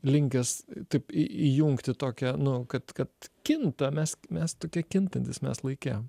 linkęs taip į įjungti tokią nu kad kad kinta mes mes tokie kintantys mes laike